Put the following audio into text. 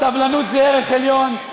סבלנות היא ערך עליון.